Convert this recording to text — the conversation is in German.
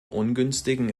ungünstigen